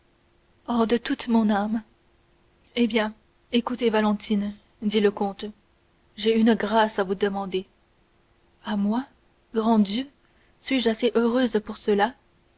oh de toute mon âme eh bien écoutez valentine dit le comte j'ai une grâce à vous demander à moi grand dieu suis-je assez heureuse pour cela